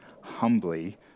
humbly